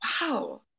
wow